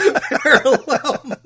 Parallel